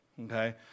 okay